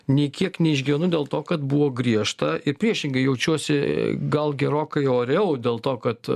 nei kiek neišgyvenu dėl to kad buvo griežta ir priešingai jaučiuosi gal gerokai oriau dėl to kad